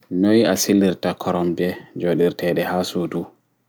Noi a silirta koromje jooɗiteɗe haa suuɗu